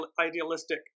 idealistic